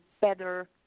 better